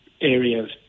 areas